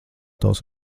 tavs